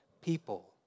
people